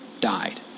died